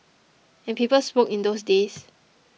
and people smoked in those days